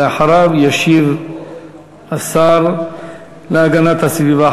ואחריו ישיב השר להגנת הסביבה,